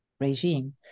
Regime